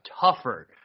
tougher